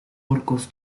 orcos